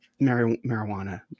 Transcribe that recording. marijuana